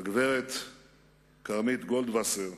הגברת קרנית גולדווסר,